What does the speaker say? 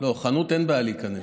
לחנות אין בעיה להיכנס.